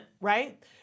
Right